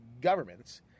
governments